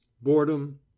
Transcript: Boredom